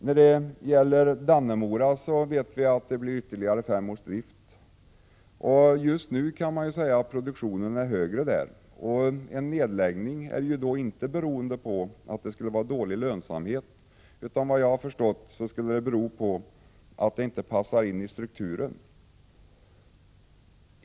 När det gäller Dannemora vet vi att det blir ytterligare fem års drift. Just nu kan man se att produktionen är högre där, och en nedläggning beror därför inte på att det skulle vara dålig lönsamhet. Såvitt jag har förstått skulle den bero på att företaget inte passar in i strukturen.